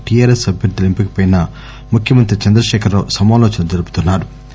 TRS అభ్యర్దుల ఎంపికపై ముఖ్యమంత్రి చంద్రశేఖర రావు సమాలోచనలు జరుపుతున్నా రు